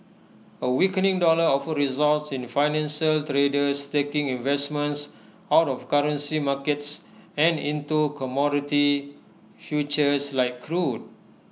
A weakening dollar often results in financial traders taking investments out of currency markets and into commodity futures like crude